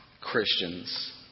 Christians